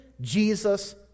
Jesus